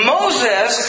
Moses